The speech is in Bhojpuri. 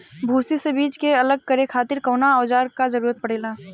भूसी से बीज के अलग करे खातिर कउना औजार क जरूरत पड़ेला?